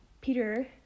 Peter